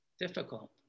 difficult